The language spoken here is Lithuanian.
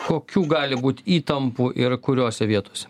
kokių gali būt įtampų ir kuriose vietose